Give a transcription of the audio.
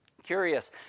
curious